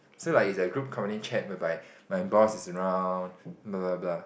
so like is a group company chat whereby my boss is around blah blah